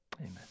Amen